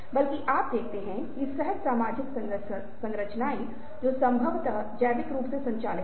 और ये गतिविधियाँ आपको इसका एहसास कराने में सक्षम होंगी तो यह उसक रणनीति पक्ष है